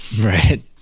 Right